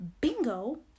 bingo